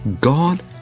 God